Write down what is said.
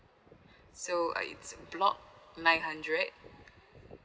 so it's block nine hundred